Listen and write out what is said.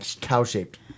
cow-shaped